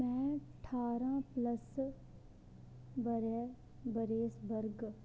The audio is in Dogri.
मैं ठारां प्लस बरेस बर्ग